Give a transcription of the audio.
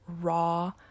raw